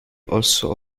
also